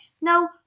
No